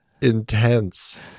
intense